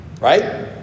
right